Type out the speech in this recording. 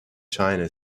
china